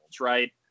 Right